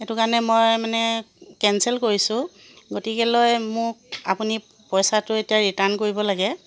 সেইটো কাৰণে মই মানে কেঞ্চেল কৰিছো গতিকেলৈ মোক আপুনি পইছাটো এতিয়া ৰিটাৰ্ণ কৰিব লাগে